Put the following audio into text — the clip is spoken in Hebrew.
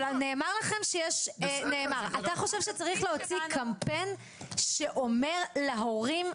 אתה חושב שצריך להוציא קמפיין שאומר להורים: